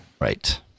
Right